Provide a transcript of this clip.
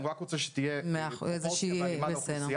אני רק רוצה שתהיה פרופורציה מתאימה לאוכלוסייה.